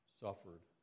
suffered